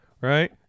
right